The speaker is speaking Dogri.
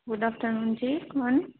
गुड आफ्टरनून जी कौन